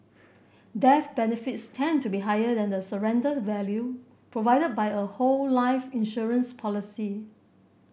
death benefits tend to be higher than the surrenders value provided by a whole life insurance policy